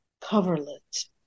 coverlet